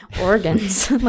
organs